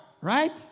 right